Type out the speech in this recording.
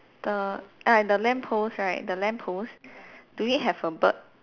the ah the lamppost right the lamppost do you have a bird